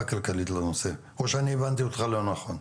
כלכלית לנושא או שאני הבנתי אותך לא נכון?